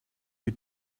you